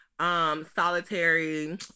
Solitary